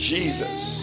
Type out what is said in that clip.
Jesus